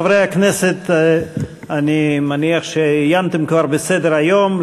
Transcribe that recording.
חברי הכנסת, אני מניח שכבר עיינתם בסדר-היום.